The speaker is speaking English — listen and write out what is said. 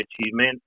achievement